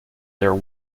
their